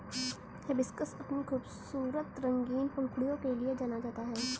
hibiscus अपनी खूबसूरत रंगीन पंखुड़ियों के लिए जाना जाता है